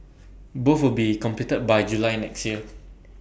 both will be completed by July next year